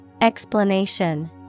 Explanation